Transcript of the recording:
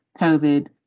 COVID